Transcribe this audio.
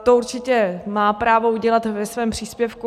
To určitě má právo udělat ve svém příspěvku.